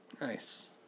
Nice